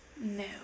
No